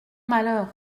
malheur